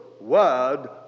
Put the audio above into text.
word